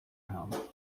home